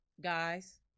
Guys